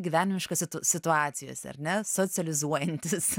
gyvenimiškose situacijose ar ne socializuojantis